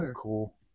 Cool